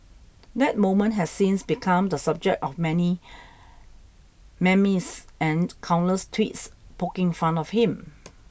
that moment has since become the subject of many memes and countless tweets poking fun of him